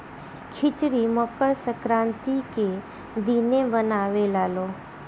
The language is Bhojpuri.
खिचड़ी मकर संक्रान्ति के दिने बनावे लालो